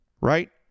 right